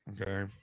okay